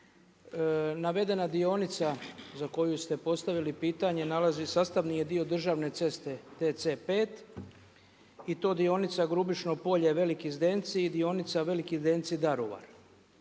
Navedena dionica za koju ste postavili pitanje nalazi, sastavni je dio državne ceste DC5 i to dionica Grubišno Polje – Veliki Zdenci i dionica Veliki Zdenci – Daruvar.